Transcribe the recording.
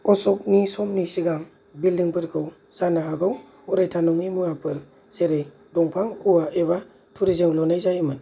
अश'कनि समनि सिगां बिलडिंफोरखौ जानोहागौ अरायथा नङै मुवाफोर जेरै दंफां औवा एबा थुरिजों लुनाय जायोमोन